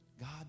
God